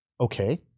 okay